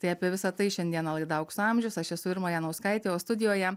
tai apie visa tai šiandieną laida aukso amžius aš esu irma janauskaitė o studijoje